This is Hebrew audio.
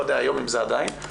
לא יודע אם זה עדיין היום,